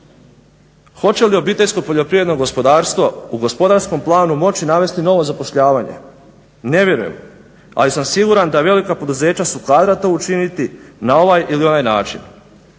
Hoće li OPG u gospodarskom planu moći navesti novo zapošljavanje, ne vjerujem, ali sam siguran da velika poduzeća su kadra to učiniti na ovaj ili onaj način.